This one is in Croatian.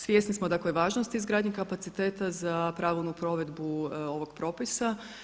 Svjesni smo dakle važnosti izgradnje kapaciteta za pravilnu provedbu ovog propisa.